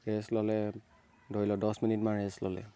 rest ল'লে ধৰি লওক দহ মিনিটমান ৰেষ্ট ল'লে